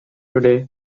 today